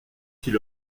qu’il